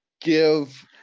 give